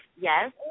Yes